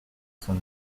son